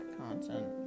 content